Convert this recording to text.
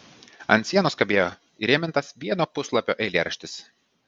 ant sienos kabėjo įrėmintas vieno puslapio eilėraštis